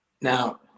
Now